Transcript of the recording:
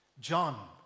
John